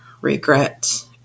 regret